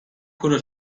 who